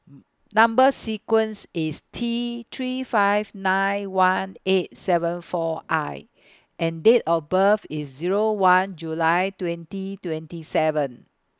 Number sequence IS T three five nine one eight seven four I and Date of birth IS Zero one July twenty twenty seven